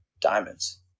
diamonds